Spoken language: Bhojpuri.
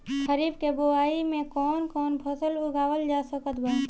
खरीब के बोआई मे कौन कौन फसल उगावाल जा सकत बा?